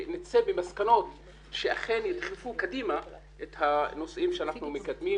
שנצא במסקנות שאכן ידחפו קדימה את הנושאים שאנחנו מקדמים,